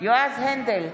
יועז הנדל,